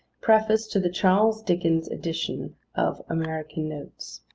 preface to the charles dickens edition of american notes